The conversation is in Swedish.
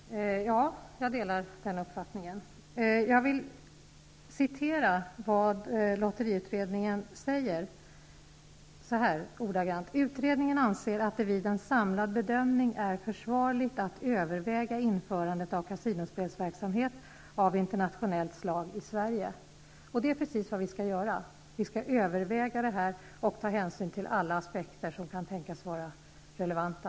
Herr talman! Ja, jag delar den uppfattningen. Jag vill citera vad lotteriutredningen säger: ''Utredningen anser att det vid en samlad bedömning är försvarligt att överväga införandet av kasinospelsverksamhet av internationellt slag i Sverige.'' Detta är precis vad vi skall göra, vi skall överväga frågan och ta hänsyn till alla aspekter som kan tänkas vara relevanta.